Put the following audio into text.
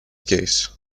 case